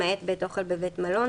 למעט בית אוכל בבית מלון,